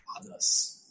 others